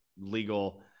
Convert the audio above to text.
legal